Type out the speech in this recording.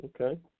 Okay